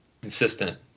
consistent